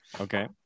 Okay